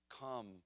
come